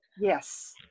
Yes